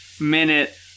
minute